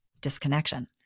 disconnection